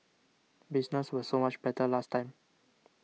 business was so much better last time